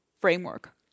framework